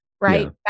right